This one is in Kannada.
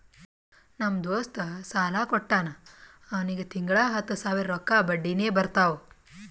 ನಮ್ ದೋಸ್ತ ಸಾಲಾ ಕೊಟ್ಟಾನ್ ಅವ್ನಿಗ ತಿಂಗಳಾ ಹತ್ತ್ ಸಾವಿರ ರೊಕ್ಕಾ ಬಡ್ಡಿನೆ ಬರ್ತಾವ್